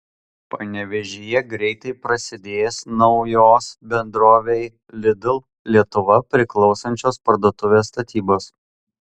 panevėžyje greitai prasidės naujos bendrovei lidl lietuva priklausančios parduotuvės statybos